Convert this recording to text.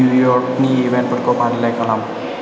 निउयर्कनि इभेनतफोरखौ फारिलाय खालाम